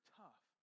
tough